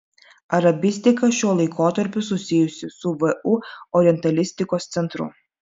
arabistika šiuo laikotarpiu susijusi su vu orientalistikos centru